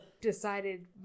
decided